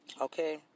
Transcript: Okay